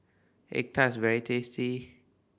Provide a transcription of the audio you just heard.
egg tart is very tasty